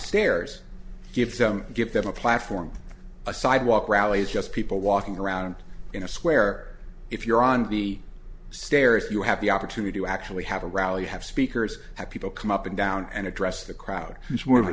stairs gives them give them a platform a sidewalk rallies just people walking around in a square if you're on the stairs you have the opportunity to actually have a rally have speakers have people come up and down and address the crowd who's more of a